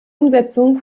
umsetzung